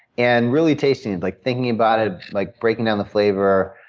and really tasting it, like thinking about it, like breaking down the flavor,